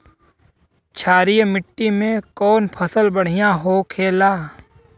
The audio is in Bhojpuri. क्षारीय मिट्टी में कौन फसल बढ़ियां हो खेला?